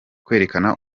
kwerekana